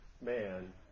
man